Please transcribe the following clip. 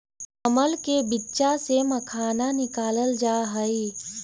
कमल के बीच्चा से मखाना निकालल जा हई